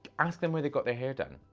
ask them where they got their hair done.